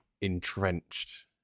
entrenched